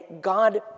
God